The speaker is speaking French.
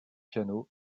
piano